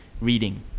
reading